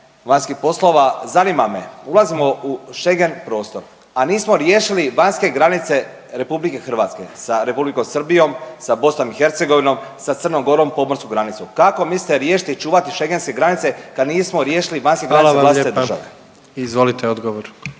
Hvala vam lijepa. Izvolite odgovor.